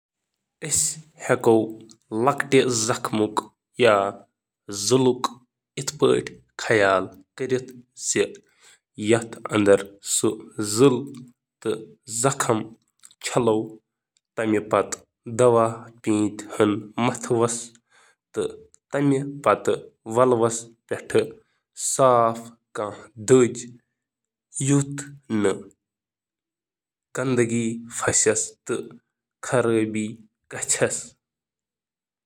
کیٚنٛہن قدمن پیٚٹھ اَتھٕ چھلنہٕ خٲطرٕ۔ اَتھٕ چھۄلِو۔ اَمہِ سۭتۍ چھُ لاگہٕ نِش بچنَس منٛز مدد خوٗن یُن رُکٲو۔ معموٗلی زخم تہٕ سکریپ چھِ عموٗمَن پانَے خوٗن یُن رُکاوان۔... زخم کْریو صاف۔ زخم کٔرِو آبہٕ سۭتۍ چھلنہٕ۔... اینٹی بائیوٹک یا پیٹرولیم جیلی لاگِو۔... زخم کْریو کور۔... کورینگ کْریو تبدیل۔